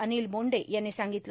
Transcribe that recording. अनिल बोंटे यांनी सांगितलं